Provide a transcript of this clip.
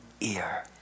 ear